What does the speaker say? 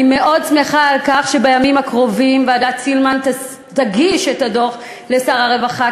אני מאוד שמחה שבימים הקרובים ועדת סילמן תגיש את הדוח לשר הרווחה,